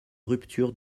rupture